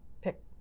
pick